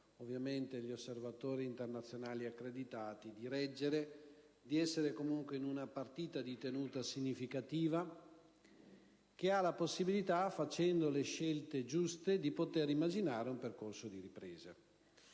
noi, ma gli osservatori internazionali accreditati - di reggere, di essere comunque in una partita di tenuta significativa, con la possibilità, compiendo le scelte giuste, di immaginare un percorso di ripresa.